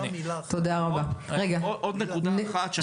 רק עוד נקודה אחת.